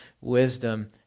wisdom